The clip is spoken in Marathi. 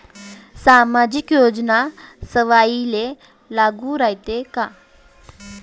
सामाजिक योजना सर्वाईले लागू रायते काय?